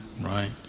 right